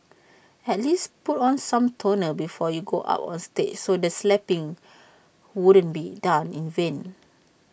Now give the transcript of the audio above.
at least put on some toner before you go up on stage so the slapping wouldn't be done in vain